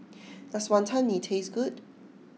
does Wonton Mee taste good